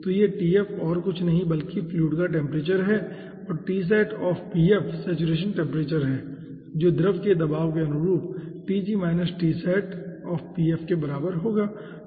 तो यह और कुछ नहीं बल्कि फ्लूइड का टेम्परेचर है और सेचुरेशन टेम्परेचर है जो द्रव के दबाव के अनुरूप के बराबर होगा